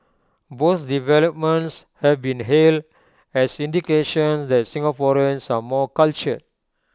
both developments have been hailed as indications that Singaporeans are more cultured